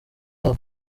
yabo